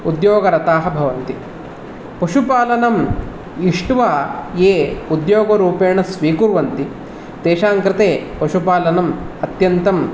उद्योगरताः भवन्ति पशुपालनम् इष्ट्वा ये उद्योगरुपेण स्वीकुर्वन्ति तेषां कृते पशुपालनम् अत्यन्तं